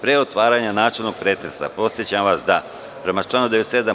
Pre otvaranja načelnog pretresa, podsećam vas da, prema članu 97.